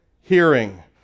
hearing